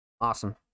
awesome